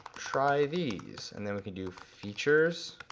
try these. and then we can do features